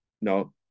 No